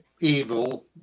evil